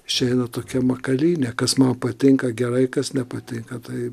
išeina tokia makalynė kas man patinka gerai kas nepatinka tai